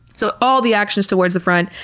so, all the actions towards the front